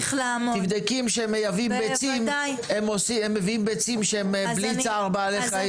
תבדקי האם כשהם מייבאים ביצים הם מביאים ביצים בלי צער בעלי חיים.